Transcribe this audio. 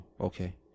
okay